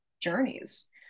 journeys